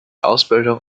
ausbildung